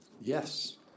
Yes